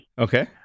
okay